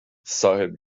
صاحب